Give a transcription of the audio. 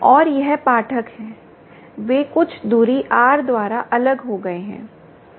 और यह पाठक है वे कुछ दूरी r द्वारा अलग हो गए हैं